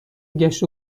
گشت